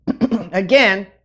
again